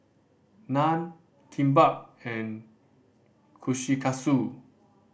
Naan Kimbap and Kushikatsu